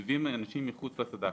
ההצבה של אנשים מחוץ לסד"כ.